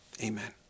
Amen